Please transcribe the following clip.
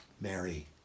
Mary